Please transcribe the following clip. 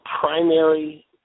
primary